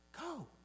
Go